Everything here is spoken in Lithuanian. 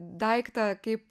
daiktą kaip